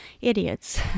idiots